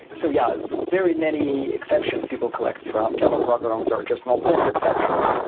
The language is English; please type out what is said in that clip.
but so yeah, very many exceptions people collect from java programs or just null pointer exceptions.